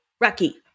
Rocky